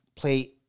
play